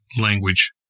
language